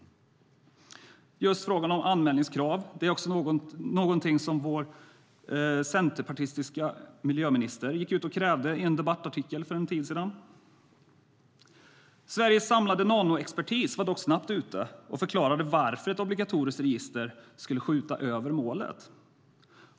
Just frågan om anmälningskrav är något som vår centerpartistiska miljöminister krävde i en debattartikel för en tid sedan. Sveriges samlade nanoexpertis var dock snabbt ute och förklarade varför ett obligatoriskt register skulle skjuta över målet.